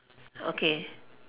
okay